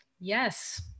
yes